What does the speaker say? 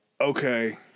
Okay